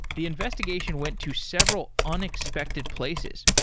the investigation went to several unexpected places,